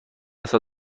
سال